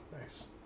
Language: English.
nice